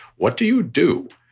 what do you do?